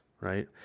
right